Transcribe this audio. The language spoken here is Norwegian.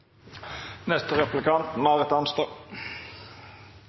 Neste replikant er Marit